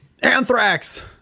anthrax